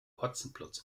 hotzenplotz